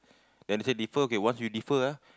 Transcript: then say defer okay once you defer ah